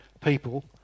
people